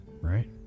right